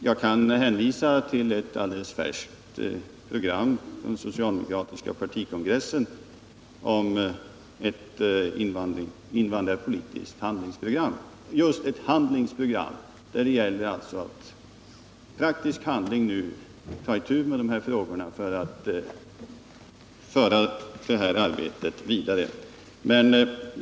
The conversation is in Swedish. Jag kan hänvisa till ett alldeles färskt invandrarpolitiskt handlingsprogram — just handlingsprogram — från den socialdemokratiska partikongressen. Det gäller nu att genom praktisk handling ta itu med de här frågorna för att föra arbetet vidare.